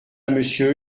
monsieur